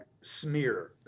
smear